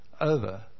over